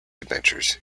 adventures